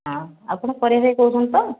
ହଁ ଆପଣ ପରିବା ଭାଇ କହୁଛନ୍ତି ତ